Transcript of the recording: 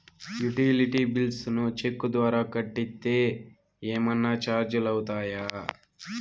Utility bills ను cheque ద్వారా కట్టితే ఏమన్నా చార్జీలు అవుతాయా?